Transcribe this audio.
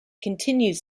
continues